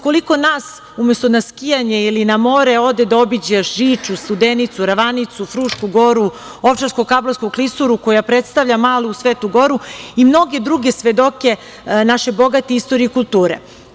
Koliko nas umesto na skijanje ili na more ode da obiđe Žiču, Studenicu, Ravanicu, Frušku Goru, Ovčarsko-kablarsku klisuru, koja predstavlja malu Svetu Goru i mnoge druge svedoke naše bogate istorije i kulture?